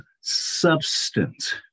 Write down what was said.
substance